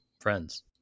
friends